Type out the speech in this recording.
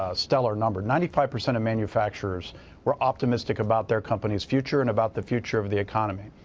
ah stellar number, ninety five percent of manufacturers were optimistic about their company's future and about the future of the economy.